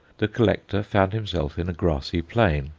the collector found himself in a grassy plain,